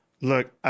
look